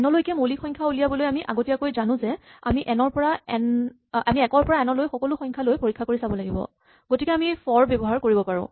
N লৈকে মৌলিক সংখ্যা উলিয়াবলৈ আমি আগতীয়াকৈ জানো যে আমি এক ৰ পৰা এন লৈ সকলো সংখ্যা লৈ পৰীক্ষা কৰি চাব লাগিব গতিকে আমি ফৰ ব্যৱহাৰ কৰিব পাৰো